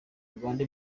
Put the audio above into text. uganda